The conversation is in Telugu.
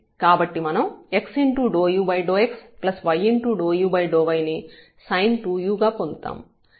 కాబట్టి మనం x∂u∂xy∂u∂y ని sin2u గా పొందాము